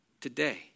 today